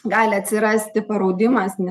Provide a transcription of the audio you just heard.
gali atsirasti paraudimas